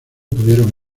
pudieron